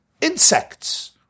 insects